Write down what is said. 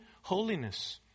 holiness